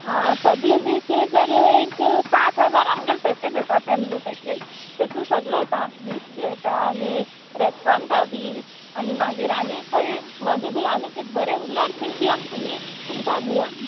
आ सगले बीच जर एक सात हजार आमगेले पॅकेज आसा फॅमिली पॅकेज तर तूं सगलो येता बीच बी येता आनी रेस्ट्रंटा बीच आनी मागीर आनी खंय मदीं बी आनी किदें बरें उरलार थिंग बी आम तुमी तुमकां घुवन